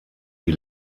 die